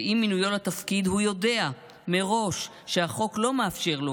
עם מינויו לתפקיד הוא יודע מראש שהחוק לא מאפשר לו